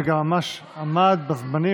שגם ממש עמד בזמנים,